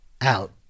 out